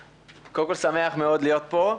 שמח מאוד להיות פה.